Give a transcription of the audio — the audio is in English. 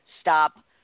stop